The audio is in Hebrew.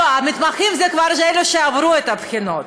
לא, המתמחים הם כבר אלה שעברו את הבחינות.